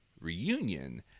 reunion